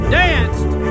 danced